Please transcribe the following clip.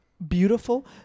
Beautiful